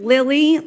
Lily